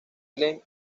ellen